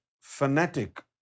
fanatic